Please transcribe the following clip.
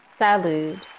Salud